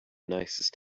nicest